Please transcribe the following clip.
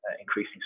increasing